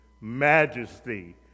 majesty